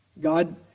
God